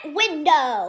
window